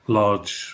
large